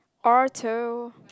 orto